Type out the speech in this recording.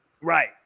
right